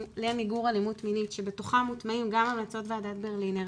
למיגור אלימות מינית שבתוכה מוטמעים גם המלצות ועדת ברלינר,